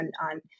on